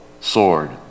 sword